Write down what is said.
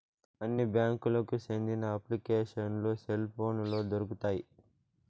అన్ని బ్యాంకులకి సెందిన అప్లికేషన్లు సెల్ పోనులో దొరుకుతాయి